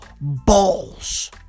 balls